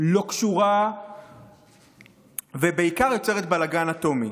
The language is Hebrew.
לא קשורה ובעיקר יוצרת בלגן אטומי.